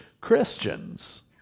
Christians